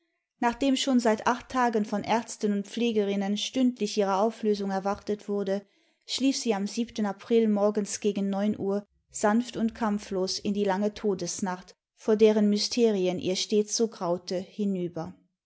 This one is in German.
nachdem schon seit acht tagen von ärzten und pflegerinnen stündlich ihre auflösung erwartet wurde schlief sie am siebenten april morgens gegen neun uhr sanft und kampflos in die lange todesnacht vor deren mysterien ihr stets so graute hinüber